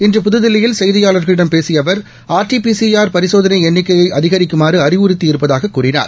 இன்று புதுதில்லியில் செய்தியாளர்களிடம் பேசிய அவர் R T P C R பரிசோதனை எண்ணிக்கையை அதிகரிக்குமாறு அறிவுறுத்தியிருப்பதாகக் கூறினார்